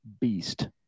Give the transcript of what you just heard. beast